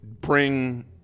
bring –